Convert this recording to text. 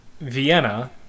vienna